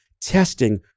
testing